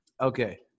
Okay